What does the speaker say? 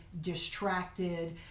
distracted